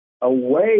away